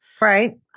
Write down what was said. Right